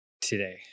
today